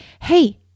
Hey